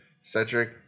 Cedric